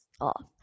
off